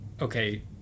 okay